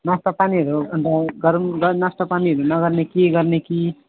नास्तापानीहरू अनि त गरौँ नास्तापानीहरू नगर्ने कि गर्ने कि